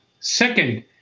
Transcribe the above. Second